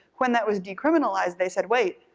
when that was decriminalized they said wait,